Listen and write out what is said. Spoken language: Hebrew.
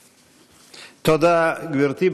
תודה, גברתי.